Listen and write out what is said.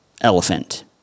elephant